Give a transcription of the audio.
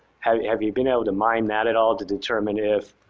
have have you been able to mind that at all to determine if